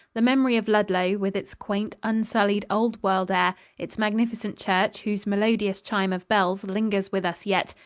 the memory of ludlow, with its quaint, unsullied, old-world air, its magnificent church, whose melodious chime of bells lingers with us yet,